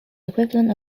equivalent